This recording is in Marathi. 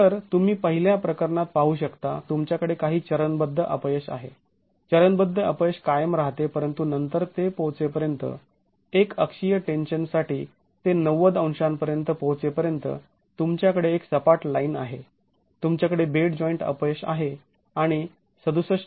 तर तुम्ही पहिल्या प्रकरणात पाहू शकता तुमच्याकडे काही चरणबद्ध अपयश आहे चरणबद्ध अपयश कायम राहते परंतु नंतर ते पोहोचेपर्यंत एक अक्षीय टेन्शन साठी ते ९० अंशांपर्यंत पोहोचेपर्यंत तुमच्याकडे एक सपाट लाईन आहे तुमच्याकडे बेड जॉईंट अपयश आहे आणि ६७